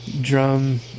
drum